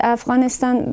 Afghanistan